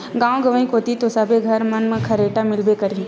गाँव गंवई कोती तो सबे घर मन म खरेटा मिलबे करही